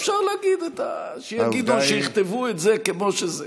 אפשר להגיד, שיגידו, שיכתבו את זה כמו שזה.